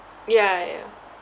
ya ya ya